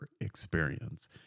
experience